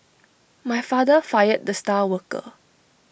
my father fired the star worker